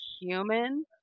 human